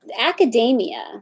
Academia